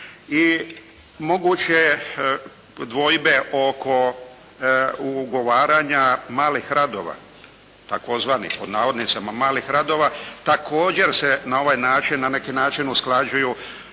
I moguće je dvojbe oko ugovaranja malih radova, tzv., pod navodnicima, "malih radova". Također se na ovaj način, na neki način usklađuju